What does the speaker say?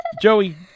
Joey